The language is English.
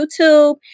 YouTube